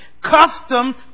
custom